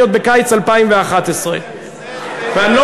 ספונטניות בקיץ 2011. אל תזלזל באלה שמפגינים.